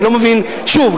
שוב,